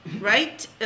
right